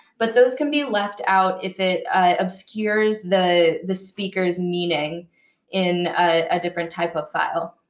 but those can be left out if it obscures the the speaker's meaning in a different type of file.